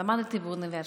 למדתי באוניברסיטה,